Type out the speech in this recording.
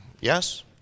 Yes